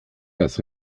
das